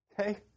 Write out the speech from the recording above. Okay